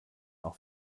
auch